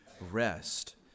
rest